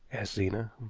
asked zena.